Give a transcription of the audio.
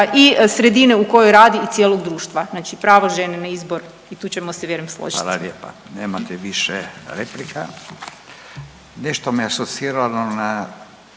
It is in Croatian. i sredine u kojoj radi i cijelog društva, znači pravo žene na izbor i tu ćemo se vjerujem složiti. **Radin, Furio (Nezavisni)** Fala lijepa. Nemate više replika. Nešto me asociralo na,